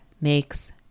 makes